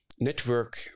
network